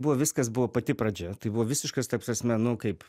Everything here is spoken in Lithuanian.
buvo viskas buvo pati pradžia tai buvo visiškas ta prasme nu kaip